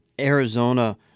Arizona